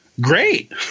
Great